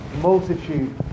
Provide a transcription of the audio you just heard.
multitude